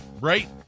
Right